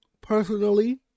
personally